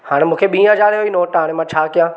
हाणे मूंखे ॿीं हज़ार जो ई नोट आहे हाणे मां छा कयां